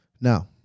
Now